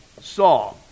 saw